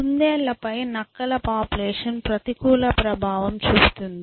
కుందేళ్ళ పై నక్కల పాపులేషన్ ప్రతికూల ప్రభావం చూపుతుంది